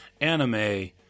anime